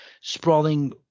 sprawling